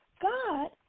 God